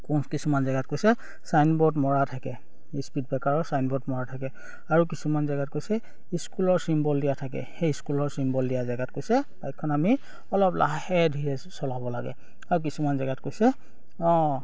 কিছুমান জেগাত কৈছে চাইন ব'ৰ্ড মৰা থাকে স্পীড ব্ৰেকাৰৰ চাইন ব'ৰ্ড মৰা থাকে আৰু কিছুমান জেগাত কৈছে স্কুলৰ চিম্বল দিয়া থাকে সেই স্কুলৰ চিম্বল দিয়া জেগাত কৈছে বাইকখন আমি অলপ লাহে ধীৰে চলাব লাগে আৰুও কিছুমান জেগাত কৈছে অঁ